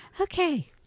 Okay